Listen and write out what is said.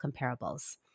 comparables